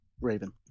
Raven